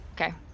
Okay